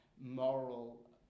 moral